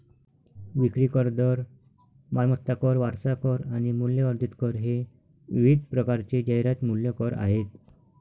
विक्री कर, दर, मालमत्ता कर, वारसा कर आणि मूल्यवर्धित कर हे विविध प्रकारचे जाहिरात मूल्य कर आहेत